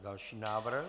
Další návrh.